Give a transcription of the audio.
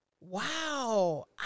Wow